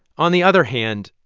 on the other hand,